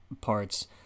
parts